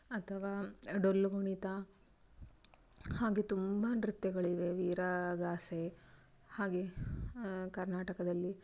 ಅಥವಾ ಡೊಳ್ಳು ಕುಣಿತ ಹಾಗೆ ತುಂಬ ನೃತ್ಯಗಳಿವೆ ವೀರಗಾಸೆ ಹಾಗೆ ಕರ್ನಾಟಕದಲ್ಲಿ